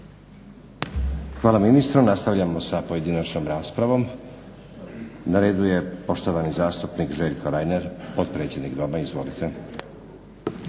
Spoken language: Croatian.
Hvala ministru. Nastavljamo sa pojedinačnom raspravom. Na redu je poštovani zastupnik Željko Reiner potpredsjednik Doma. Izvolite.